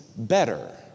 Better